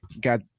got